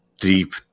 deep